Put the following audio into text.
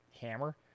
hammer